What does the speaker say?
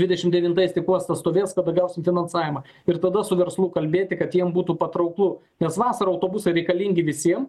dvidešimt devintais uostas stovės kada gausim finansavimą ir tada su verslu kalbėti kad jiem būtų patrauklu nes vasarą autobusai reikalingi visiem